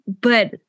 but-